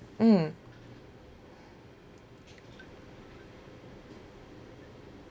mm